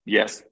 Yes